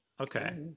Okay